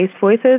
voices